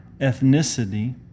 ethnicity